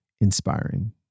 inspiring